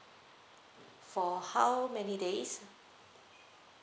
for how many days